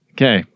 Okay